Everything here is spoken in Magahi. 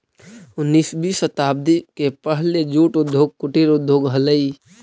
उन्नीसवीं शताब्दी के पहले जूट उद्योग कुटीर उद्योग हलइ